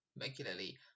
regularly